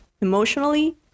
emotionally